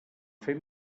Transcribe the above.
fer